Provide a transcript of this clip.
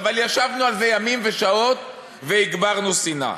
אבל ישבנו על זה ימים ושעות והגברנו שנאה.